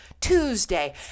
Tuesday